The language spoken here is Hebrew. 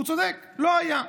הוא צודק, לא היה.